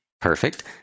Perfect